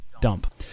dump